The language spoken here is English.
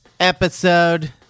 episode